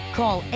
call